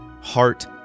heart